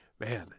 man